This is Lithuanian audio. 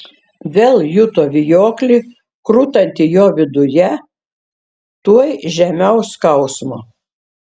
vėl juto vijoklį krutantį jo viduje tuoj žemiau skausmo